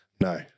No